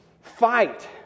fight